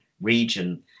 region